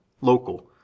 local